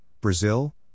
Brazil